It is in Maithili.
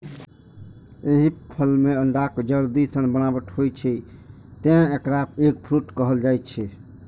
एहि फल मे अंडाक जर्दी सन बनावट होइ छै, तें एकरा एग फ्रूट कहल जाइ छै